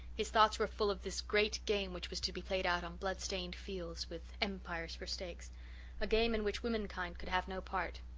his thoughts were full of this great game which was to be played out on bloodstained fields with empires for stakes a game in which womenkind could have no part.